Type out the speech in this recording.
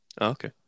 Okay